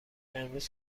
امروز